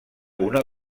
una